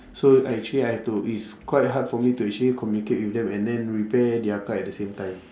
so I actually I have to is quite hard for me to actually communicate with them and then repair their car at the same time